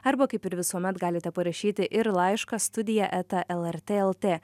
arba kaip ir visuomet galite parašyti ir laišką studija eta lrt lt